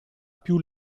più